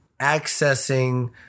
accessing